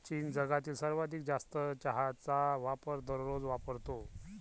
चीन जगातील सर्वाधिक जास्त चहाचा वापर दररोज वापरतो